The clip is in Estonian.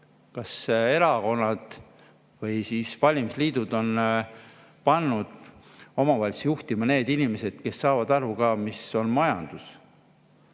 kas erakonnad või siis valimisliidud on pannud omavalitsusi juhtima need inimesed, kes saavad aru, mis on majandus. Peale